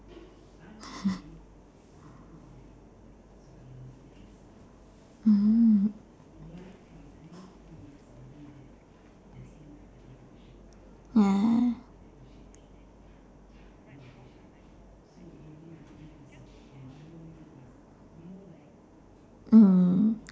mm ya mm